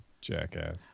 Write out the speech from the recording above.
Jackass